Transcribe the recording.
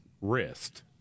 Wrist